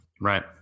Right